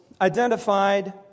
identified